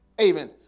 Amen